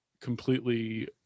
completely